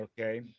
Okay